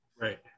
right